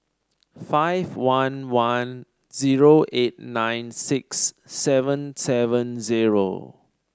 five one one zero eight nine six seven seven zero